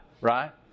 right